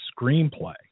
screenplay